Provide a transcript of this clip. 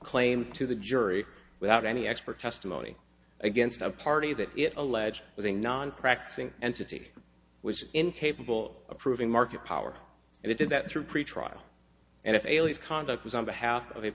claim to the jury without any expert testimony against a party that it alleged was a non practicing entity which is incapable of proving market power and it did that through pretrial and if elite conduct was on behalf of